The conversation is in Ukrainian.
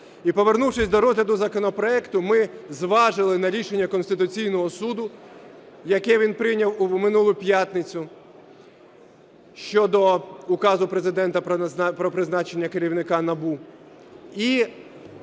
І повернувшись до розгляду законопроекту, ми зважили на рішення Конституційного Суду, яке він прийняв у минулу п'ятницю, щодо Указу Президента про призначення керівника НАБУ,